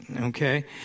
Okay